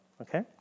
okay